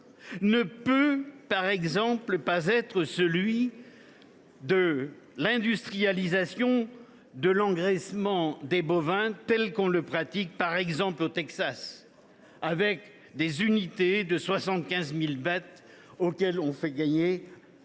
ne peut, par exemple, pas être celui de l’industrialisation de l’engraissement des bovins, comme on le pratique par exemple au Texas, avec des unités de 75 000 têtes auxquelles on fait gagner